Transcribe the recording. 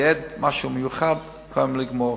אני רוצה לייעד משהו מיוחד וקודם לגמור.